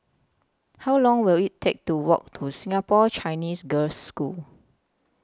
How Long Will IT Take to Walk to Singapore Chinese Girls' School